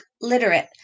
literate